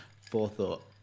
forethought